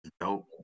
Dope